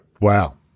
Wow